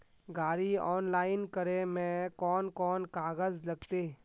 गाड़ी ऑनलाइन करे में कौन कौन कागज लगते?